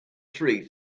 three